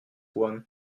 one